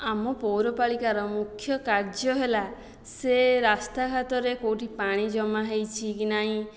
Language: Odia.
ଆମ ପୌରପାଳିକାର ମୁଖ୍ୟ କାର୍ଯ୍ୟ ହେଲା ସେ ରାସ୍ତାଘାଟରେ କେଉଁଠି ପାଣି ଜମା ହୋଇଛି କି ନାହିଁ